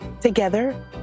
Together